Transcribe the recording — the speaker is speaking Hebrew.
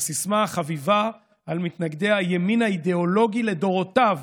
הסיסמה החביבה על מתנגדי הימין האידיאולוגי לדורותיו,